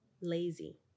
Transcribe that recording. lazy